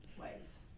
ways